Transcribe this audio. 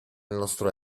nostro